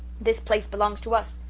this place belongs to us.